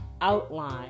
outline